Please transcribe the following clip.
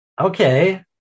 Okay